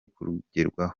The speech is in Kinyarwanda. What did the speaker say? kugerwaho